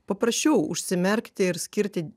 paprasčiau užsimerkti ir skirti